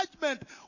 judgment